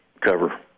cover